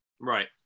Right